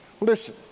Listen